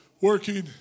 working